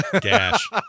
Gash